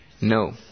No